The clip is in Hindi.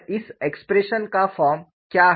और इस एक्सप्रेशन का फ़ॉर्म क्या है